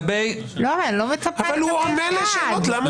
אבל הוא עונה על השאלות, למה להפריע?